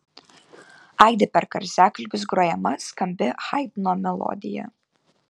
aidi per garsiakalbius grojama skambi haidno melodija